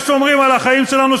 ששומרים על החיים שלנו,